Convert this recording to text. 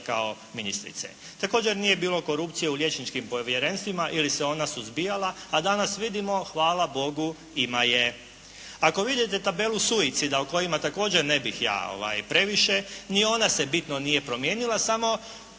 kao ministrice. Također nije bilo korupcije u liječničkim povjerenstvima ili se ona suzbijala a danas vidimo hvala Bogu imamo je. Ako vidite tabelu suicida o kojima također ne bih ja previše ni ona se bitno nije promijenila samo